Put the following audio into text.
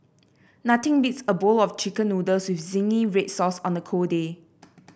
nothing beats a bowl of chicken noodles with zingy red sauce on a cold day